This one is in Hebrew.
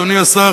אדוני השר,